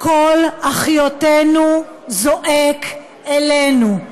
קול אחיותינו זועק אלינו,